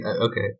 okay